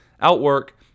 outwork